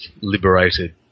liberated